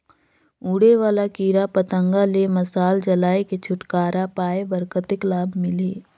उड़े वाला कीरा पतंगा ले मशाल जलाय के छुटकारा पाय बर कतेक लाभ मिलही?